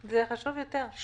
זה חשוב יותר.